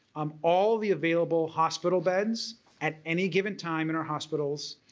um all the available hospital beds at any given time in our hospitals.